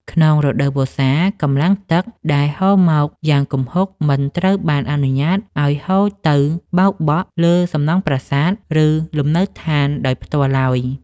ក្នុងរដូវវស្សា កម្លាំងទឹកដែលហូរមកយ៉ាងគំហុកមិនត្រូវបានអនុញ្ញាតឱ្យហូរទៅបោកបក់លើសំណង់ប្រាសាទ ឬលំនៅដ្ឋានដោយផ្ទាល់ឡើយ។